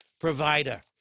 provider